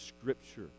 Scripture